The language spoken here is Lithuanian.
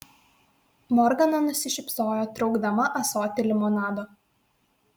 morgana nusišypsojo traukdama ąsotį limonado